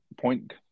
point